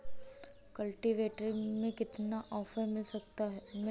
Cultivator में कितना offer मिल रहा है?